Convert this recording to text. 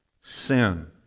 sin